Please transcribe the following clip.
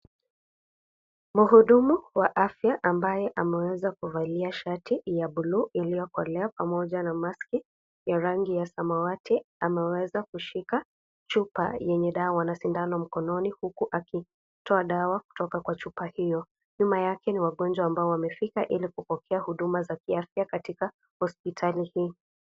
Mhudumu wa afya ambaye ameweza kuvalia shati ya buluu iliyokolea, pamoja na maski ya rangi ya samawati. Ameweza kushika chupa yenye dawa na sindano mkononi huku, akitoa dawa kutoka kwa chupa hiyo. Nyuma yake, ni wagonjwa ambao wamefika ili kupokea huduma za kiafya katika hospitali hii.